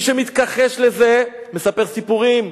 מי שמתכחש לזה מספר סיפורים,